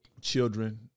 Children